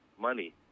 money